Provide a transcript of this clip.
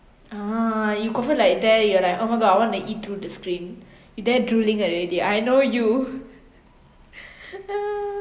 ah you confirm like there you're like oh my god I want to eat through the screen you there drooling already I know you